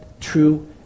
true